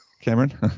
Cameron